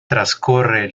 trascorre